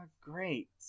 great